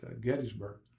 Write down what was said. Gettysburg